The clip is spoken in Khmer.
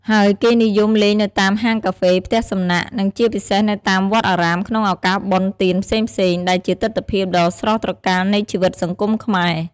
ហើយគេនិយមលេងនៅតាមហាងកាហ្វេ ផ្ទះសំណាក់ និងជាពិសេសនៅតាមវត្តអារាមក្នុងឱកាសបុណ្យទានផ្សេងៗ ដែលជាទិដ្ឋភាពដ៏ស្រស់ត្រកាលនៃជីវិតសង្គមខ្មែរ។